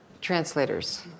translators